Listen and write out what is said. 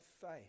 faith